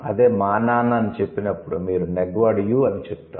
అదే 'మా నాన్న' అని చెప్పినప్పుడు మీరు 'నెగ్వాడ్ యు' అని చెప్తారు